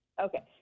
Okay